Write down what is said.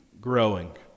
growing